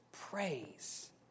praise